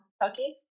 Kentucky